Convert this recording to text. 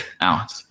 out